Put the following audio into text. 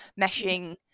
meshing